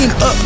Up